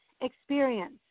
experience